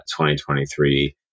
2023